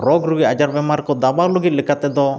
ᱨᱚᱜᱽ ᱨᱩᱜᱤ ᱟᱡᱟᱨ ᱵᱮᱢᱟᱨ ᱠᱚ ᱫᱟᱵᱟᱣ ᱞᱟᱹᱜᱤᱫ ᱞᱮᱠᱟ ᱛᱮᱫᱚ